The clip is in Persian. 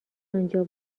آنجا